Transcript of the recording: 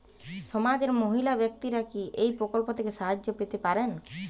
সমাজের মহিলা ব্যাক্তিরা কি এই প্রকল্প থেকে সাহায্য পেতে পারেন?